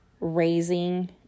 raising